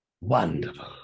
Wonderful